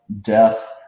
death